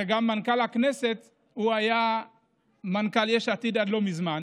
הרי גם מנכ"ל הכנסת היה מנכ"ל יש עתיד עד לא מזמן,